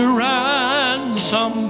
ransom